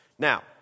Now